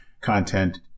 content